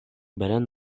belan